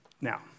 Now